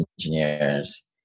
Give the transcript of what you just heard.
engineers